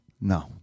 No